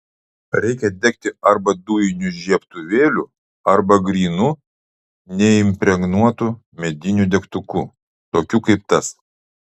reikia degti arba dujiniu žiebtuvėliu arba grynu neimpregnuotu mediniu degtuku tokiu kaip tas